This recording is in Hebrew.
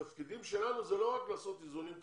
התפקיד שלנו זה לא רק לעשות איזונים כלכליים,